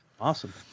Awesome